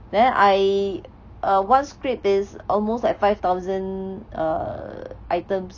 then I err one script is almost at five thousand err items